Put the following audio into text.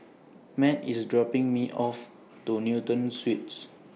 Matt IS dropping Me off to Newton Suites